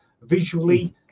visually